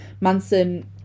Manson